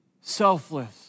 selfless